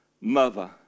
mother